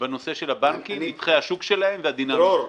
בנושא של הבנקים, פתחי השוק שלהם והדינמיקה שלהם.